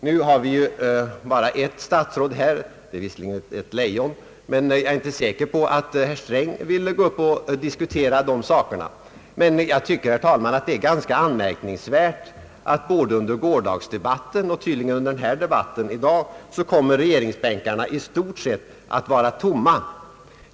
Nu har vi bara ett enda statsråd här — visserligen ett lejon — men jag är inte säker på att herr Sträng vill gå upp och diskutera dessa saker. Jag tycker, herr talman, att det är ganska anmärkningsvärt att både under gårdagsdebatten och tydligen även i dag kommer regeringsbänkarna i stort sett att vara tomma.